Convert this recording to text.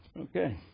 Okay